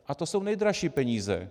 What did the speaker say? A to jsou nejdražší peníze.